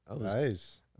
Nice